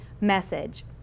message